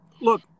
look